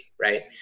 right